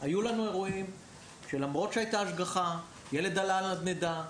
היו לנו אירועים שלמרות שהייתה בהם השגחה ילד עלה על נדנדה,